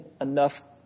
enough